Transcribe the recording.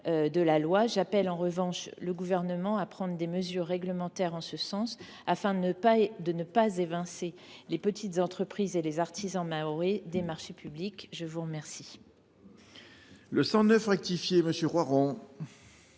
J’appelle en revanche le Gouvernement à prendre des mesures réglementaires en ce sens, afin de ne pas évincer les petites entreprises et les artisans mahorais des marchés publics. L’amendement